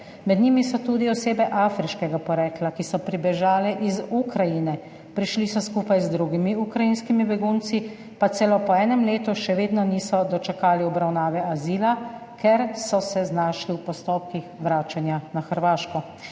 Med njimi so tudi osebe afriškega porekla, ki so pribežale iz Ukrajine, prišle so skupaj z drugimi ukrajinskimi begunci, pa celo po enem letu še vedno niso dočakale obravnave azila, ker so se znašle v postopkih vračanja na Hrvaško.